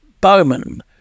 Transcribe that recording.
Bowman